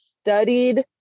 studied